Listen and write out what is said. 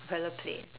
propeller plane